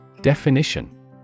Definition